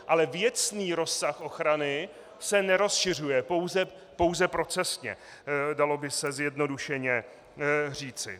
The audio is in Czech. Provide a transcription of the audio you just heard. Ale věcný rozsah ochrany se nerozšiřuje, pouze procesně, dalo by se zjednodušeně říci.